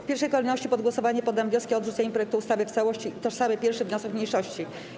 W pierwszej kolejności pod głosowanie poddam wnioski o odrzucenie projektu ustawy w całości i tożsamy 1. wniosek mniejszości.